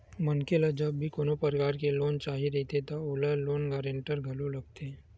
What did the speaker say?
मनखे ल जब भी कोनो परकार के लोन चाही रहिथे त ओला लोन गांरटर घलो लगथे